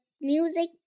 music